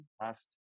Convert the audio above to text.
last